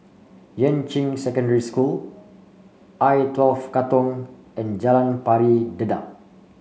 Yuan Ching Secondary School I twelve Katong and Jalan Pari Dedap